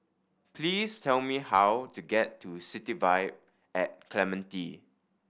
please tell me how to get to City Vibe at Clementi